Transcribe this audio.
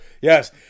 Yes